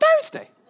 Thursday